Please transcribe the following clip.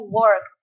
work